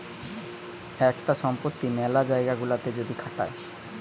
একটা সম্পত্তি মেলা জায়গা গুলাতে যদি খাটায়